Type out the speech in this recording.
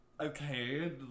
Okay